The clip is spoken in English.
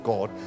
God